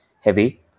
heavy